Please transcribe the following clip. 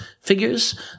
figures